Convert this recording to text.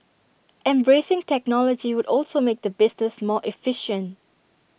embracing technology would also make the business more efficient